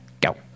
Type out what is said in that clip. go